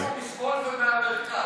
מימין ומשמאל ומהמרכז.